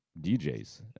DJs